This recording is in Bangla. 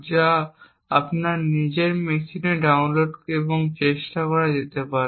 যা আপনার নিজের মেশিনে ডাউনলোড এবং চেষ্টা করা যেতে পারে